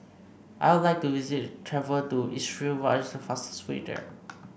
I would like to visit travel to Israel what is the fastest way there